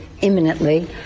imminently